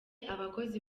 abakozi